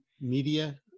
media